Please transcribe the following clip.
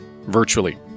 virtually